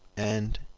and,